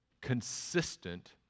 consistent